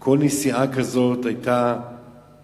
שכל נסיעה כזאת היתה